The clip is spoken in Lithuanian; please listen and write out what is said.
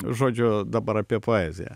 žodžiu dabar apie poeziją